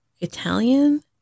Italian